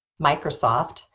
Microsoft